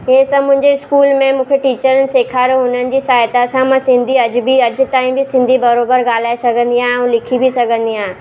हीअ सभु मुंहिंजे स्कूल में मूंखे टीचरनि सेखारियऊं हुननि जी सहायता सा मां सिंधी अॼु बि अॼु ताईं मां सिंधी बराबरि ॻाल्हाए सघंदी आहियां ऐं लिखी बि सघंदी आहियां